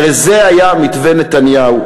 הרי זה היה מתווה נתניהו,